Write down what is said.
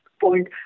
point